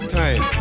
time